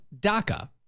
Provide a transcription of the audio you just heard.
DACA